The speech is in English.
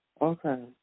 Okay